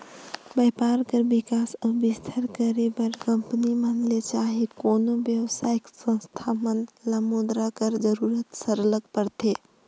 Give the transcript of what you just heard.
बयपार कर बिकास अउ बिस्तार करे बर कंपनी मन ल चहे कोनो बेवसायिक संस्था मन ल मुद्रा कर जरूरत सरलग परथे